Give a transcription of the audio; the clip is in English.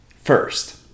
First